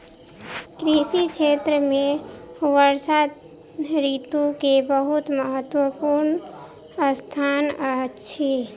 कृषि क्षेत्र में वर्षा ऋतू के बहुत महत्वपूर्ण स्थान अछि